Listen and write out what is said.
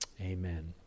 Amen